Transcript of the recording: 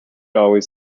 always